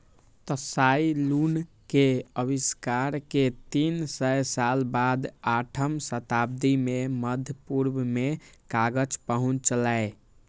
Tsai Lun के आविष्कार के तीन सय साल बाद आठम शताब्दी मे मध्य पूर्व मे कागज पहुंचलै